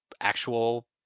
actual